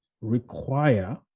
require